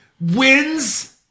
wins